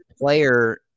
player